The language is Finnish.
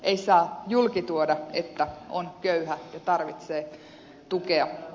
ei saa julkituoda että on köyhä ja tarvitsee tukea